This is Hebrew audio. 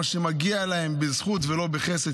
מה שמגיע להם בזכות ולא בחסד,